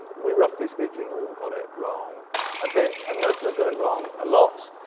we roughly speaking all got it wrong a bit and most of us got it wrong a lot.